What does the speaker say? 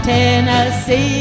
Tennessee